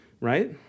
right